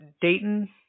Dayton